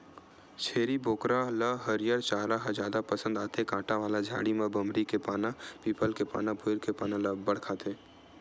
छेरी बोकरा ल हरियर चारा ह जादा पसंद आथे, कांटा वाला झाड़ी म बमरी के पाना, पीपल के पाना, बोइर के पाना ल अब्बड़ खाथे